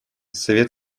совет